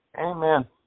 Amen